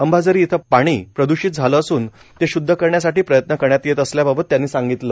अंबाझरी इथं पाणी प्रद्षित झालं असून ते शुदध करण्यासाठी प्रयत्न करण्यात येत असल्याबाबत त्यांनी सांगितलं